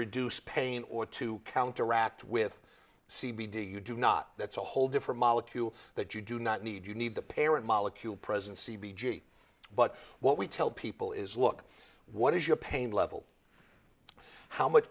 reduce pain or to counteract with c b do you do not that's a whole different molecule that you do not need you need the parent molecule present c b g but what we tell people is look what is your pain level how much